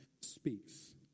speaks